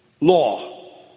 law